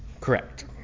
Correct